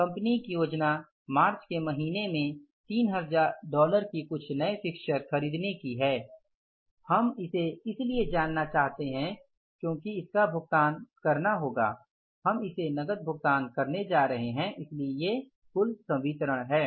company की योजना मार्च के महीने में 3000 डॉलर की कुछ नए फिक्स्चेर खरीदने की है हम इसे इसलिए जानना चाहते है क्योकि इसका भुगतान करना होगा हम इसे नकद भुगतान करने जा रहे हैं इसलिए ये कुल संवितरण हैं